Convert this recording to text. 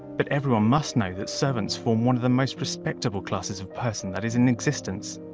but everyone must know that servants form one of the most respectable classes of person that is in existence.